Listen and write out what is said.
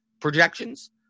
projections